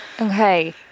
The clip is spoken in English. Okay